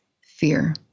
fear